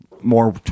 more